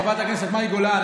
חברת הכנסת מאי גולן,